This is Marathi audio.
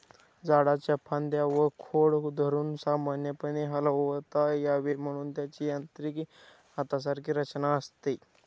झाडाच्या फांद्या व खोड धरून सामान्यपणे हलवता यावे म्हणून त्याची यांत्रिक हातासारखी रचना असते